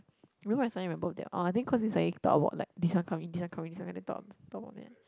remember I saw him on my birthday orh then cause we suddenly talk about like this one come in this one come in this one then talk talk about that